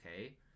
okay